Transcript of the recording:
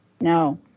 no